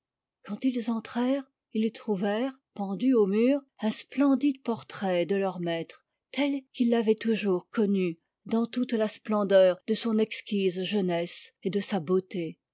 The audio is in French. quand ils entrèrent ils trouvèrent pendu au mur un splendide portrait de leur maître tel qu'ils l'avaient toujours connu dans toute la splendeur de son exquise jeunesse et de sa beauté